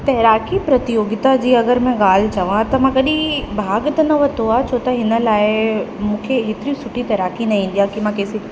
तैराकी प्रतियोगिता जी अगरि मां ॻाल्हि चवां त मां कॾहिं भाॻु त न वरितो आहे छो त हिन लाइ मूंखे एतिरी सुठी तैराकी न ईंदी आहे कि मां किसी